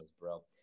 bro